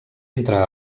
entre